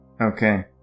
Okay